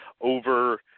over